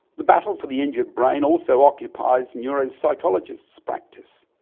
the battle for the injured brain also occupies neuropsychologists' practise.